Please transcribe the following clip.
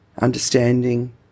understanding